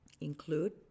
include